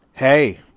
Hey